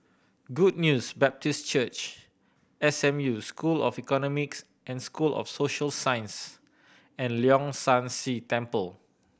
Good News Baptist Church S M U School of Economics and School of Social Sciences and Leong San See Temple